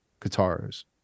guitars